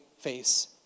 face